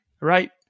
right